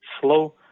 slow